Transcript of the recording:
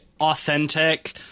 authentic